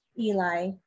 Eli